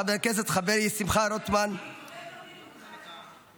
חברי חבר הכנסת שמחה רוטמן -- תודה גם לי.